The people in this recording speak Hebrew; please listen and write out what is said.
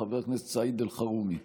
חבר הכנסת סעיד אלחרומי,